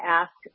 ask